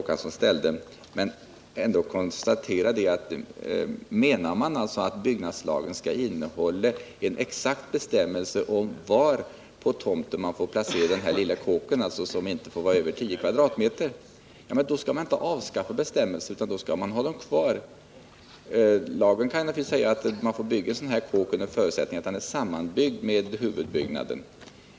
Men jag vill först konstatera att om man verkligen menar att byggnadslagen skall innehålla en exakt bestämmelse om var på tomten man får placera den här lilla kåken, som alltså inte får vara större än 10 m?, då skall man inte avskaffa den bestämmelsen utan ha den kvar. Lagen kan naturligtvis säga att man får bygga en sådan här kåk under förutsättning att den är sammanbyggd med huvudbyggnaden.